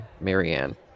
marianne